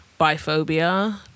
biphobia